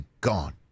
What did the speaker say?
gone